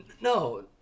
No